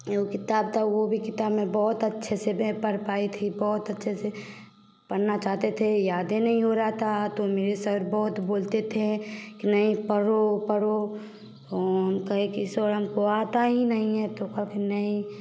एगो किताब था वो भी किताब मैं बहुत अच्छे से मैं पढ़ पाई थी बहुत अच्छे से पन्ना चाहते थे याद ही नहीं हो रहा था तो मेरे सर बहुत बोलते थे कि नहीं पढ़ो पढ़ो हम कहें कि सर हमको आता ही नहीं है तो कहा फिर नहीं